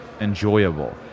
enjoyable